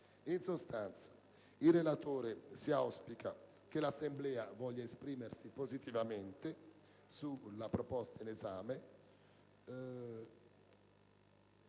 In sostanza, il relatore auspica che l'Assemblea voglia esprimersi positivamente sulla proposta in esame, perché